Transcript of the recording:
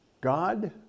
God